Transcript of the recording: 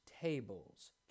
tables